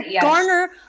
garner